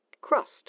crust